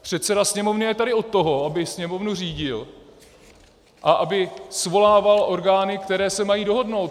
Předseda Sněmovny je tady od toho, aby Sněmovnu řídil a aby svolával orgány, které se mají dohodnout.